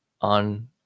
on